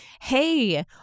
hey